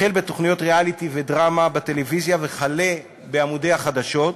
החל בתוכניות ריאליטי ודרמה בטלוויזיה וכלה בעמודי החדשות,